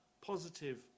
positive